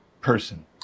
person